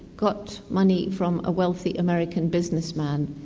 got money from a wealthy american businessman,